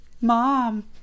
Mom